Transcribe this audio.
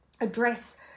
address